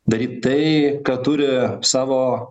daryt tai ką turi savo